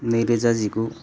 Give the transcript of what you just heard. नै रोजा जिगु